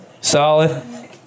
Solid